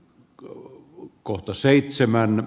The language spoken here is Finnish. kho on kohta seitsemän